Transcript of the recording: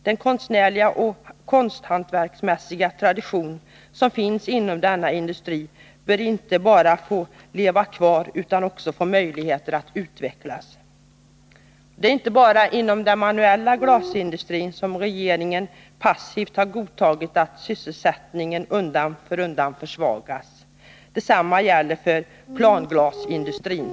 Den konstnärliga och konsthantverksmässiga tradition som finns inom denna industri bör inte bara få leva kvar utan också få möjligheter att utvecklas.” Det är inte bara inom den manuella glasindustrin som regeringen passivt har godtagit att sysselsättningen undan för undan försvagas. Detsamma gäller för planglasindustrin.